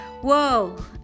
whoa